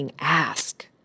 ask